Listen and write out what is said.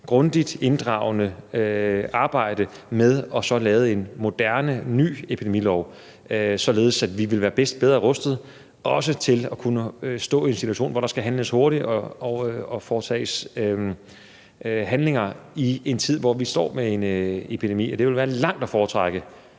grundigt, inddragende arbejde i forhold til at få lavet en moderne, ny epidemilov, således at vi vil være bedre rustet til også at kunne stå i en situation, hvor der skal handles hurtigt og foretages handlinger i en tid, hvor vi står med en epidemi – det vil være langt at foretrække.